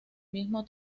mismo